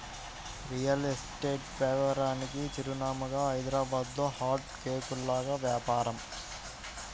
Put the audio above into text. real estate వ్యాపారానికి చిరునామాగా హైదరాబాద్లో హాట్ కేకుల్లాగా వ్యాపారం